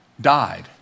died